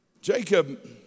Jacob